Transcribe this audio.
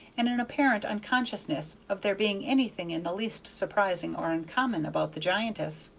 and an apparent unconsciousness of there being anything in the least surprising or uncommon about the giantess.